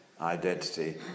identity